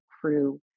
crew